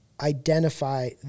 Identify